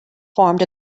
formed